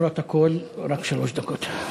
למרות הכול, רק שלוש דקות.